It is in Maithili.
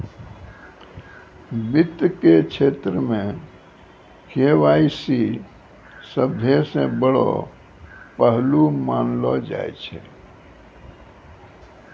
वित्त के क्षेत्र मे के.वाई.सी सभ्भे से बड़ो पहलू मानलो जाय छै